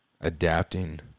adapting